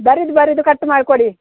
ಬರಿದು ಬರಿದು ಕಟ್ ಮಾಡಿ ಕೊಡಿ